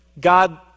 God